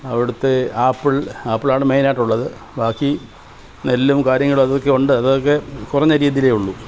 അവിടുത്തെ apple apple ആണ് main ആയിട്ട് ഉള്ളത് ബാക്കി നെല്ലും കാര്യങ്ങളും അതൊക്കെ ഉണ്ട് അതൊക്കെ കുറഞ്ഞ രീതിയിലേ ഉള്ളൂ